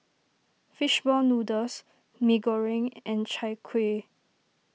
Fish Ball Noodles Mee Goreng and Chai Kuih